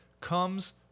comes